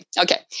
Okay